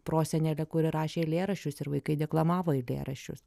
prosenelė kuri rašė eilėraščius ir vaikai deklamavo eilėraščius